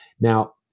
Now